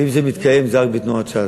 ואם זה מתקיים, זה רק בתנועת ש"ס.